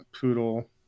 Poodle